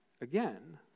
again